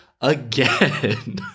again